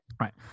right